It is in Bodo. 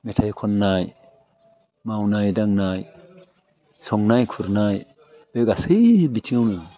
मेथाइ खन्नाय मावनाय दांनाय संनाय खुरनाय बे गासै बिथिङावनो